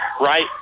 right